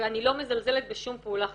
ואני לא מזלזלת בשום פעולה כירורגית,